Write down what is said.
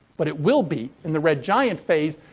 but it will be in the red giant phase.